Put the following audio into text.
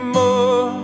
more